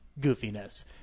goofiness